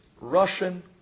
Russian